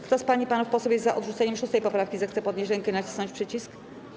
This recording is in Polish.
Kto z pań i panów posłów jest za odrzuceniem 6. poprawki, zechce podnieść rękę i nacisnąć przycisk.